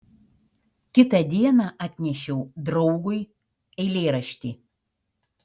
kitą dieną atnešiau draugui eilėraštį